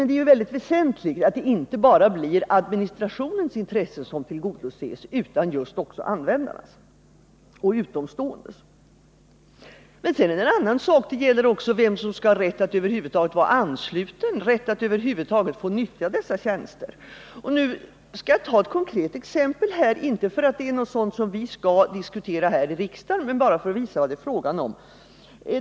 Det är väsentligt att det här inte bara är administrationens intressen som tillgodoses utan också användarnas och utomståendes. Det andra är vem som skall ha rätt att över huvud taget nyttja dessa tjänster. Jag skall ta ett konkret exempel, inte för att vi skall diskutera det här i kammaren utan bara för att visa vad det är fråga om.